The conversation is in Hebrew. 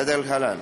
כדלהלן: